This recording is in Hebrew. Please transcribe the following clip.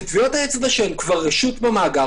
וטביעות האצבע שהן כבר רשות במאגר,